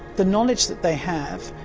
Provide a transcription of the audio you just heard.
the knowledge that they have,